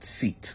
seat